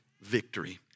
victory